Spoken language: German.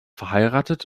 verheiratet